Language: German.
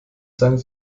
sang